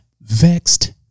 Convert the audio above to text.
Vexed